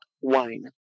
wine